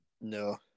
No